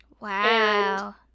Wow